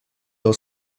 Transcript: del